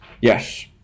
Yes